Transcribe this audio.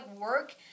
work